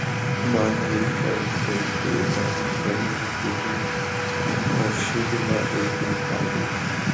man reikia užbaigti įdomų cheminį tyrimą o ši byla eina į pabaigą